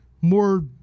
more